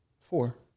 Four